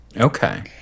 Okay